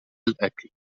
الأكل